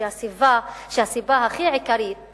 שהסיבה העיקרית